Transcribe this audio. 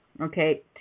okay